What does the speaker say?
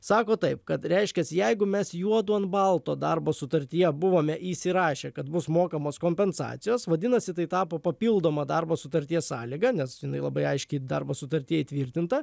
sako taip kad reiškia jeigu mes juodu ant balto darbo sutartyje buvome įsirašę kad bus mokamos kompensacijos vadinasi tai tapo papildoma darbo sutarties sąlyga nes jinai labai aiškiai darbo sutartyj įtvirtinta